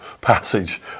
passage